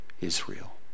Israel